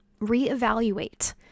reevaluate